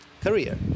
career